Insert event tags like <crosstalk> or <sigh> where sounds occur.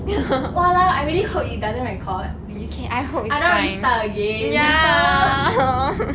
!walao! I really hope it doesn't record please I don't want to restart again <noise>